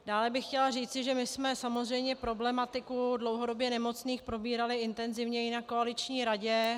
Dále bych chtěla říci, že my jsme samozřejmě problematiku dlouhodobě nemocných probírali intenzivně i na koaliční radě.